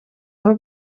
aho